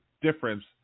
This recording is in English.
difference